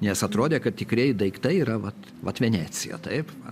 nes atrodė kad tikrieji daiktai yra vat vat venecija taip